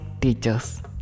teachers